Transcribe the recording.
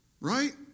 right